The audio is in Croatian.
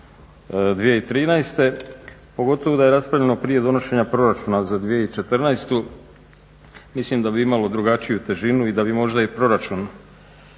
pogotovo da je raspravljeno prije donošenja proračuna za 2014. mislim da bi imalo drugačiju težinu i da bi možda i proračun